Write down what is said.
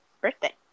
birthday